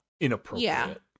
inappropriate